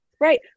Right